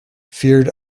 feared